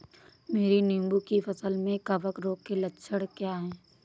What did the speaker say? मेरी नींबू की फसल में कवक रोग के लक्षण क्या है?